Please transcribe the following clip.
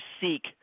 seek